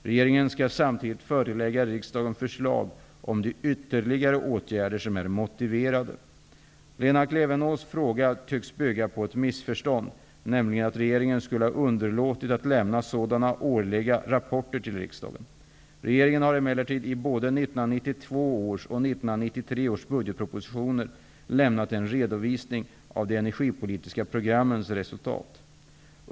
Regeringen skall samtidigt förelägga riksdagen förslag om de ytterligare åtgärder som är motiverade. Lena Klevenås fråga tycks bygga på ett missförstånd, nämligen att regeringen skulle ha underlåtit att lämna sådana årliga rapporter till riksdagen. Regeringen har emellertid i både 1992 års och 1993 års budgetpropositioner lämnat en redovisning av de energipolitiska programmens resultat.